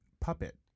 puppet